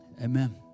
amen